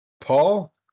Paul